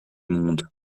monde